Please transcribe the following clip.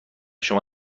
شما